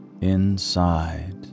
Inside